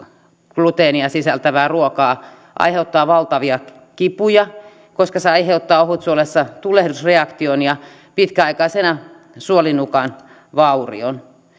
gluteenia sisältävää ruokaa aiheuttaa valtavia kipuja koska se aiheuttaa ohutsuolessa tulehdusreaktion ja pitkäaikaisena suolinukan vaurion